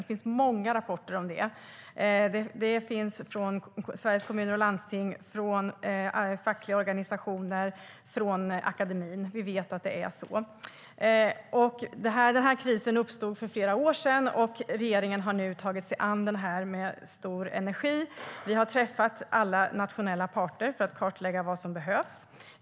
Det finns många rapporter om det från Sveriges Kommuner och Landsting, från fackliga organisationer och från akademin. Vi vet att det är så. Krisen uppstod för flera år sedan, och regeringen har tagit sig an den med stor energi. Vi har träffat alla nationella parter för att kartlägga vad som behövs.